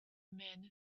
men